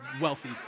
wealthy